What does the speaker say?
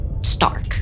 stark